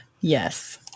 Yes